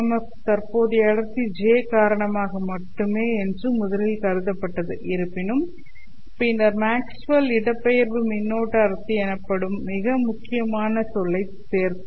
F தற்போதைய அடர்த்தி J' காரணமாக மட்டுமே என்று முதலில் கருதப்பட்டது இருப்பினும் பின்னர் மேக்ஸ்வெல் இடப்பெயர்வு மின்னோட்ட அடர்த்தி எனப்படும் மிக முக்கியமான சொல்லைச் சேர்த்தார்